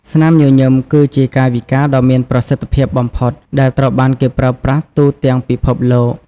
ស្នាមញញឹម គឺជាកាយវិការដ៏មានប្រសិទ្ធភាពបំផុតដែលត្រូវបានគេប្រើប្រាស់ទូទាំងពិភពលោក។